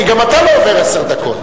כי גם אתה לא עובר עשר דקות.